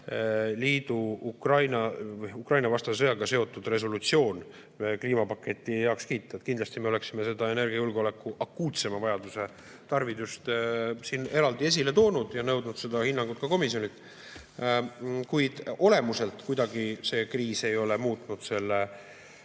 see Ukraina-vastase sõjaga seotud Euroopa Liidu resolutsioon kliimapaketti [lisada]. Kindlasti me oleksime seda energiajulgeoleku akuutsema vajaduse tarvidust siin eraldi esile toonud ja nõudnud seda hinnangut ka komisjonilt. Kuid olemuselt kuidagi see kriis ei ole muutnud selle